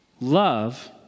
Love